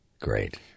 Great